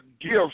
gifts